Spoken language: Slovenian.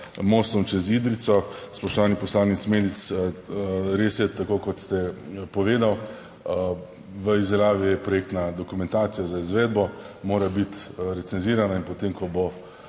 mostom čez Idrijco, spoštovani poslanec Medic, res je, tako kot ste povedal, v izdelavi je projektna dokumentacija, za izvedbo mora biti recenzirana in potem, ko bo,